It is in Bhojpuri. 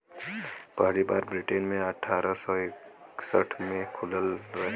पहली बार ब्रिटेन मे अठारह सौ इकसठ मे खुलल रहे